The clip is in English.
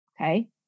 okay